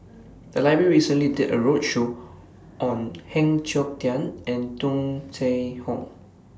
The Library recently did A roadshow on Heng Siok Tian and Tung Chye Hong